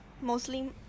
mostly